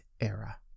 era